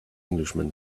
englishman